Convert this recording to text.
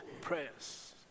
prayers